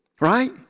right